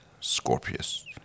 Scorpius